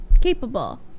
capable